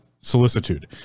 solicitude